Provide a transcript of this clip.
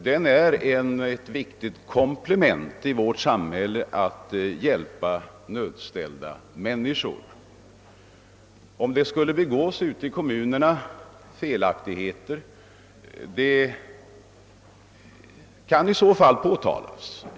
Den är ett viktigt komplement i vårt samhälle när det gäller att hjälpa nödställda människor. Om det ute i kommunerna skulle begås felaktigheter, kan sådant påtalas.